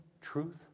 truth